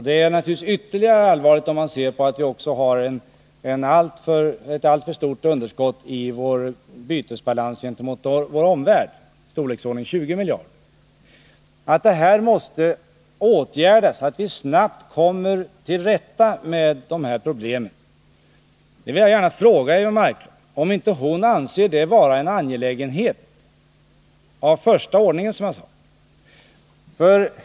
Det är naturligtvis ytterst angeläget, med hänsyn till att vi också har ett alltför stort underskott i bytesbalansen gentemot vår omvärld, i storleksordningen 20 miljarder, att vi vidtar åtgärder så att vi snabbt kommer till rätta med dessa problem. Nu vill jag gärna fråga Eivor Marklund om hon inte anser detta vara en angelägenhet av första ordningen, som jag sade.